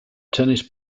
tennis